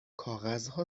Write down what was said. کاغذها